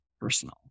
personal